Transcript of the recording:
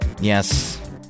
Yes